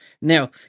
Now